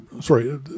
sorry